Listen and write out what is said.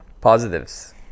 Positives